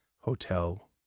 hotel